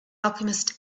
alchemist